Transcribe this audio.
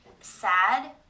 sad